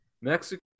Mexico